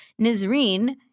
Nizreen